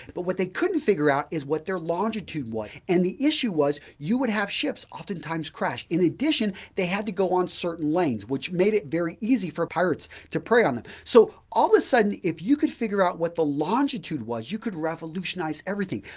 but what they couldn't figure out is what their longitude was and the issue was you would have ships oftentimes crash. in addition, they had to go on certain lanes which made it very easy for pirates to prey on them. so, all of sudden if you could figure out what the longitude was you could revolutionize everything.